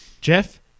Jeff